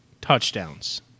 touchdowns